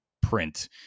print